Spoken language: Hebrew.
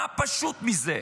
מה פשוט מזה?